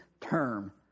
term